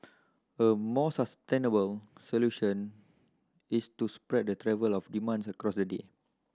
a more sustainable solution is to spread the travel of demand across the day